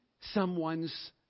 someone's